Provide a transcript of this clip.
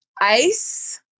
ice